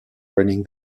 running